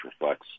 reflects